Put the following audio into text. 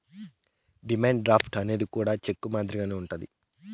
demand draft అనేది కూడా cheque మాదిరిగానే ఉంటది